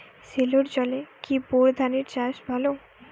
সেলোর জলে কি বোর ধানের চাষ ভালো?